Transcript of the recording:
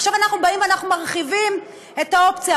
עכשיו אנחנו באים ומרחיבים את האופציה.